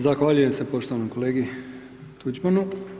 Zahvaljujem se poštovanom kolegi Tuđmanu.